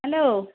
hello